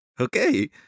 okay